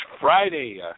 Friday